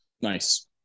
Nice